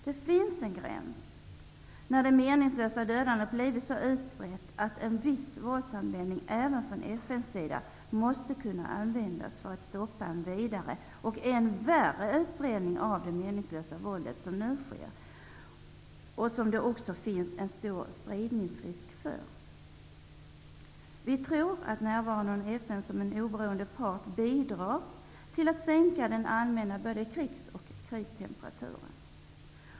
Det finns en gräns då det meningslösa dödandet har blivit så utbrett att en viss våldsanvändning, även från FN:s sida, måste kunna tas till för att stoppa en vidare och än värre utbredning av det meningslösa våldet som nu äger rum. Det finns en stor risk för att våldet skall sprida sig. Vi tror att närvaron av FN som en oberoende part bidrar till att sänka den allmänna krigs och kristemperaturen.